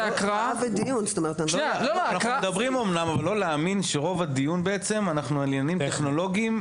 אנחנו מדברים אבל לא להאמין שרוב הדיון נסוב על עניינים טכנולוגיים,